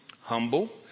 Humble